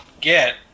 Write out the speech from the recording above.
get